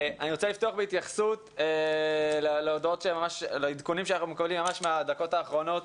אני רוצה לפתוח בהתייחסות לעדכונים שאנחנו מקבלים ממש מהדקות האחרונות,